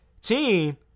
team